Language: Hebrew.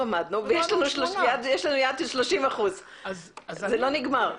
לא עמדנו, ויש לנו יעד של 30%. זה לא נגמר.